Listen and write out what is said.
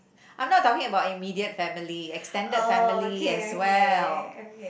I'm not talking about immediate family extended family as well